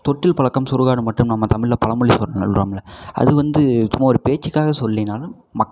தொட்டில் பழக்கம் சுடுகாடு மட்டும் நம்ம தமிழில் பழமொழி சொல்றோம்ல அது வந்து சும்மா ஒரு பேச்சுக்காக சொல்லைனாலும் மக்